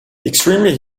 extremely